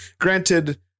granted